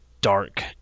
dark